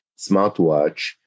smartwatch